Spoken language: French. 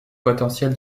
potentiel